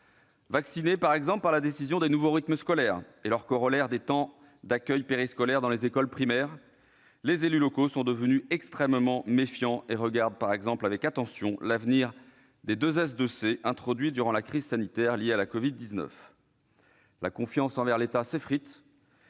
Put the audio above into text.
Vaccinés par la décision sur les nouveaux rythmes scolaires et leur corollaire, le temps d'accueil périscolaire dans les écoles primaires, ils sont devenus extrêmement méfiants et regardent avec attention l'avenir du dispositif 2S2C introduit durant la crise sanitaire liée à la Covid-19. La confiance envers l'État s'effrite